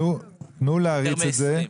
תנו להריץ את זה.